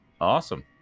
Awesome